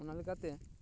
ᱚᱱᱟ ᱞᱮᱠᱟ ᱛᱮ